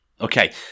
Okay